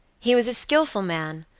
he was a skilful man,